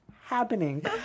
happening